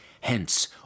Hence